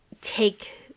take